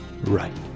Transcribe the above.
right